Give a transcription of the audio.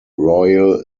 royal